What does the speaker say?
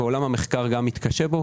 ועולם המחקר גם מתקשה בו,